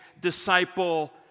disciple